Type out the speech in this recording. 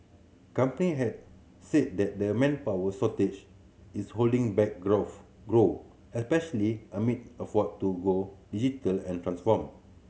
company had said that the manpower shortage is holding back grow especially amid effort to go digital and transform